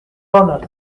runners